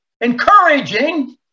encouraging